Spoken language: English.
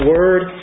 Word